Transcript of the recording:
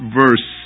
verse